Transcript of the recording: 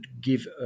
give